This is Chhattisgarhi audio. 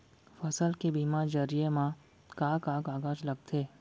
फसल के बीमा जरिए मा का का कागज लगथे?